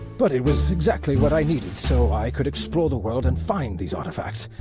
but it was exactly what i needed so i could explore the world and find these artifacts,